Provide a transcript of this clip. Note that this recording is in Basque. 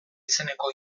izeneko